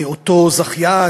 אותו זכיין,